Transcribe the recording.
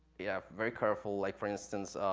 yeah, very careful, like, for instance,